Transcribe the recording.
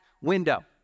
window